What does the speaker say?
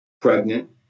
pregnant